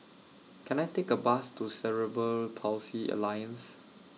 Can I Take A Bus to Cerebral Palsy Alliance